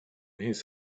his